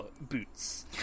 boots